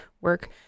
work